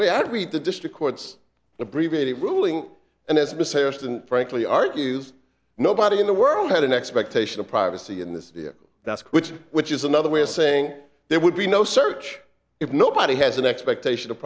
had read the district court's abbreviated ruling and as frankly argues nobody in the world had an expectation of privacy in this area that's which which is another way of saying there would be no search if nobody has an expectation of